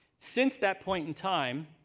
since that point in time,